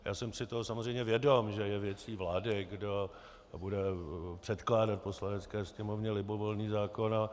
Já jsem si toho samozřejmě vědom, že je věcí vlády, kdo bude předkládat Poslanecké sněmovně libovolný zákon.